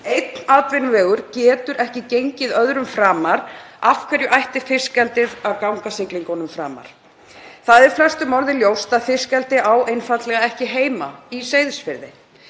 Einn atvinnuvegur getur ekki gengið öðrum framar. Af hverju ætti fiskeldið að ganga siglingunum framar? Það er flestum orðið ljóst að fiskeldi á einfaldlega ekki heima í Seyðisfirði.